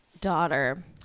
daughter